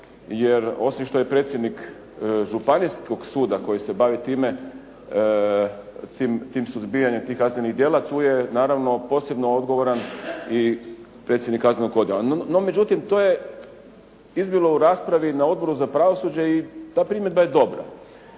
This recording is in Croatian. jer osim što je predsjednik županijskog suda koji se bavi tim suzbijanjem tih kaznenih djela, tu je naravno posebno odgovoran i predsjednik kaznenog odjela. No, međutim to je izbilo u raspravi na Odboru za pravosuđe i ta primjedba je dobra.